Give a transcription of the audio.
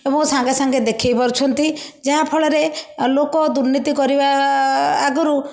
ଏବଂ ସାଙ୍ଗେ ସାଙ୍ଗେ ଦେଖାଇ ପାରୁଛନ୍ତି ଯାହା ଫଳରେ ଲୋକ ଦୁର୍ନୀତି କରିବା ଆଗରୁ